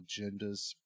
agendas